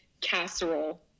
casserole